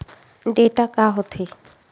Data का होथे?